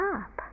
up